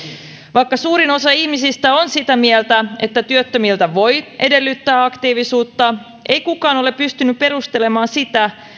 vaikka suurin osa ihmisistä on sitä mieltä että työttömiltä voi edellyttää aktiivisuutta ei kukaan ole pystynyt perustelemaan sitä